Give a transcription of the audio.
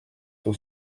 son